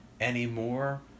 anymore